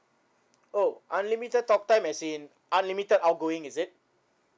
oh unlimited talk time as in unlimited outgoing is it